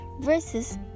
versus